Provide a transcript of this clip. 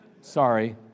Sorry